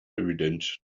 evident